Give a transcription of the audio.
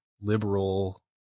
liberal